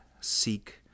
seek